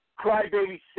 crybaby